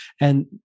And-